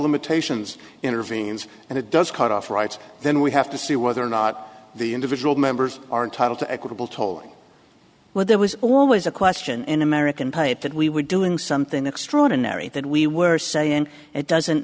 limitations intervenes and it does cut off rights then we have to see whether or not the individual members are entitled to equitable tolling where there was always a question in american pipe that we were doing something extraordinary that we were saying it doesn't